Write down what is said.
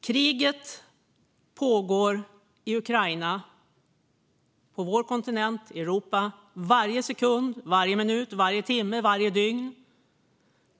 Kriget pågår i Ukraina på vår kontinent Europa varje sekund, varje minut, varje timme och varje dygn.